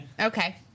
Okay